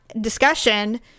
discussion